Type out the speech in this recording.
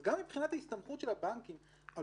אז גם מבחינת ההסתמכות של הבנקים על